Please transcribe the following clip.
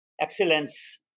excellence